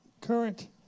current